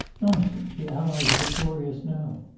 nonsense! the allies are victorious now